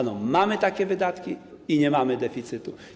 Ano mamy takie wydatki i nie mamy deficytu.